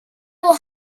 will